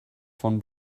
von